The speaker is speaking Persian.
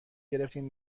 گرفتیم